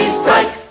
strike